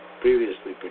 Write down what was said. previously